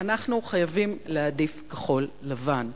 אנחנו חייבים להעדיף כחול-לבן.